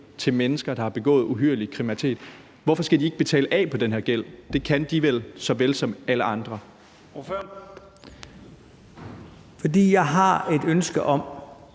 til mennesker, der har begået uhyrlig kriminalitet. Hvorfor skal de ikke betale af på den her gæld? Det kan de vel lige såvel som alle andre. Kl. 16:39 Første